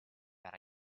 per